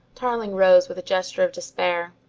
tarling rose with a gesture of despair.